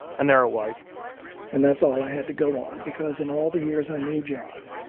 and there it was and that's all i had to go on. because in all the years i knew john,